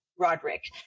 Roderick